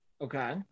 Okay